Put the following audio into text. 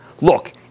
Look